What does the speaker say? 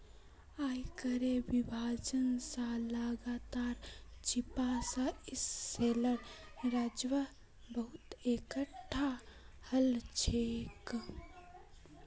आयकरेर विभाग स लगातार छापा स इस सालेर राजस्व बहुत एकटठा हल छोक